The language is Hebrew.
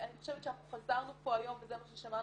אני חושבת שאנחנו חזרנו פה היום, וזה מה ששמענו